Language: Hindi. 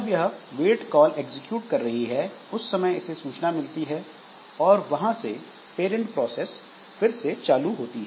जब यह वेट कॉल एग्जीक्यूट कर रही है उस समय इसे सूचना मिलती है और वहां से पैरेंट प्रोसेस फिर से चालू होती है